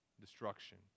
destruction